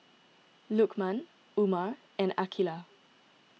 Lukman Umar and Aqeelah